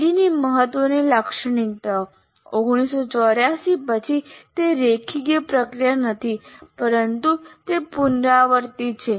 ADDIE ની મહત્વની લાક્ષણિકતાઓ 1984 પછી તે રેખીય પ્રક્રિયા નથી પરંતુ તે પુનરાવર્તિત છે